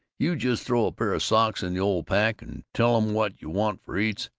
you just throw a pair of socks in the old pack, and tell em what you want for eats.